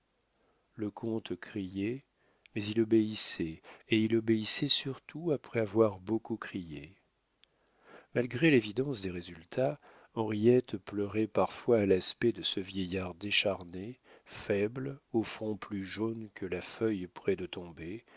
le comte criait mais il obéissait et il obéissait surtout après avoir beaucoup crié malgré l'évidence des résultats henriette pleurait parfois à l'aspect de ce vieillard décharné faible au front plus jaune que la feuille près de tomber